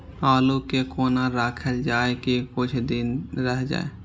आलू के कोना राखल जाय की कुछ दिन रह जाय?